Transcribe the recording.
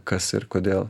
kas ir kodėl